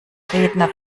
redner